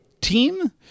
team